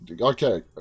Okay